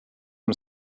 him